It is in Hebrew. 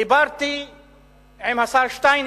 דיברתי עם השר שטייניץ,